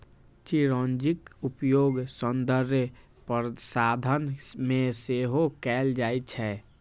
चिरौंजीक उपयोग सौंदर्य प्रसाधन मे सेहो कैल जाइ छै